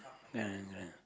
ya ya